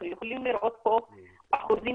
אפשר לראות פה אחוזים